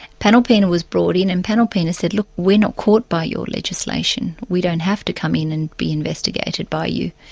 panalpina was brought in and panalpina said, look, we're not caught by your legislation, we don't have to come in and be investigated by you',